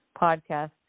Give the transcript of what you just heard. podcast